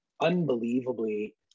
unbelievably